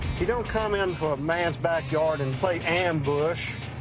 you don't come into a man's backyard and play ambush.